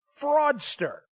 fraudster